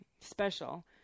special